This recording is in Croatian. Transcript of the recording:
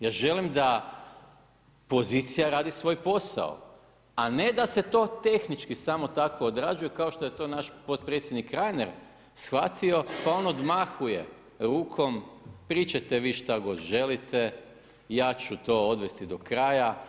Ja želim da pozicija radi svoj posao, a ne da se to tehnički samo tako odrađuje kao što je to naš potpredsjednik Reiner shvatio, pa on odmahuje rukom, pričajte vi šta god želite, ja ću to odvesti do kraja.